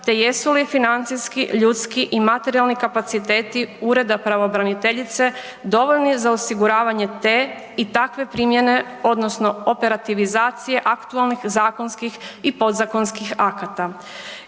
te jesu li financijski, ljudski i materijalni kapaciteti ureda pravobraniteljice dovoljni za osiguravanje te i takve primjene odnosno operativizacije aktualnih zakonskih i podzakonskih akata